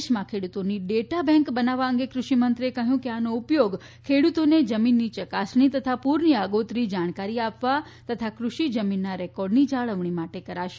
દેશમાં ખેડૂતોની data bank બનાવવા અંગે કૃષિ મંત્રીએ કહ્યું કે આનો ઉપયોગ ખેડૂતોને જમીનની ચકાસણી તથા પૂરની આગોતરી જાણકારી આપવા તથા ફષિ જમીનના રેકોર્ડની જાળવણી માટે કરાશે